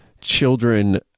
children